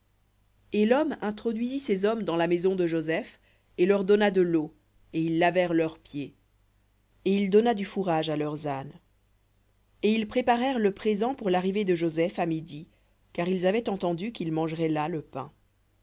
et l'homme introduisit ces hommes dans la maison de joseph et leur donna de l'eau et ils lavèrent leurs pieds et il donna du fourrage à leurs ânes et ils préparèrent le présent pour l'arrivée de joseph à midi car ils avaient entendu qu'ils mangeraient là le pain